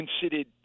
considered